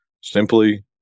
simply